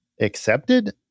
accepted